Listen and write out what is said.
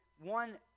one